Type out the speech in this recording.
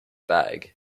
bag